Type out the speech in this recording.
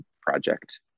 project